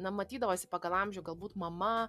na matydavosi pagal amžių galbūt mama